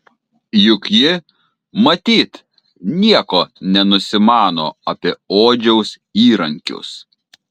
juk ji matyt nieko nenusimano apie odžiaus įrankius